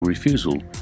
Refusal